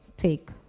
take